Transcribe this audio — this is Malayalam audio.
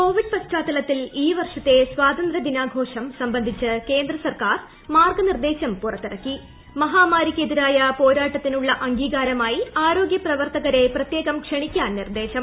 കോവിഡ് പശ്ചാത്തലത്തിൽ ഈ വർഷത്തെ സ്വാതന്ത്രൃദിനാഘോഷം സംബന്ധിച്ച് കേന്ദ്ര സർക്കാർ മാർഗ്ഗനിർദ്ദേശം പുറത്തിറക്കി മഹാമാരിക്കെതിരായ പോരാട്ടത്തിനുള്ള അംഗീകാരമായി ആരോഗ്യ പ്രവർത്തകരെ പ്രത്യേകം ക്ഷണിക്കാൻ നിർദ്ദേശം